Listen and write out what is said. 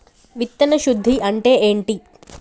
విత్తన శుద్ధి అంటే ఏంటి?